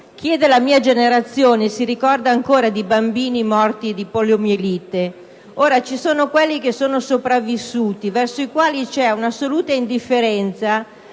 Chi è della mia generazione ricorda ancora di bambini morti di poliomielite. Ci sono le persone sopravvissute, verso le quali c'è assoluta indifferenza